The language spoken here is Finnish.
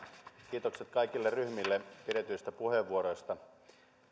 kiitokset kaikille ryhmille pidetyistä puheenvuoroista